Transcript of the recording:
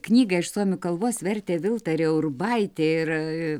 knygą iš suomių kalbos vertė viltarė urbaitė ir